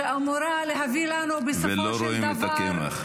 שאמורה להביא לנו בסופו של דבר -- ולא רואים את הקמח.